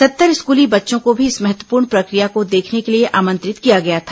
सत्तर स्कूली बच्चों को भी इस महत्वपूर्ण प्रक्रिया को देखने के लिए आमंत्रित किया गया था